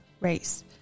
race